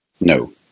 No